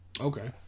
Okay